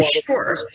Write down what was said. sure